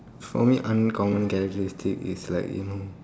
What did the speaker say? for me uncommon characteristic is like you know